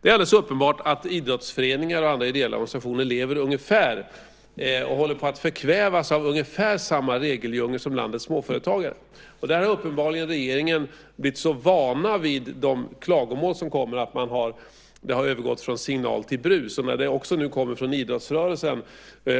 Det är alldeles uppenbart att idrottsföreningar och andra ideella organisationer lever med och håller på att förkvävas av ungefär samma regeldjungel som landets småföretagare. Där har regeringen uppenbarligen blivit så van vid de klagomål som kommer att det har övergått från signal till brus. Inte heller nu när detta också kommer från idrottsrörelsen